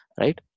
Right